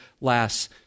last